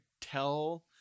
tell